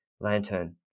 Lantern